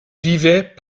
vivait